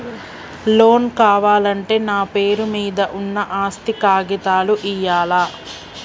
Loan కావాలంటే నా పేరు మీద ఉన్న ఆస్తి కాగితాలు ఇయ్యాలా?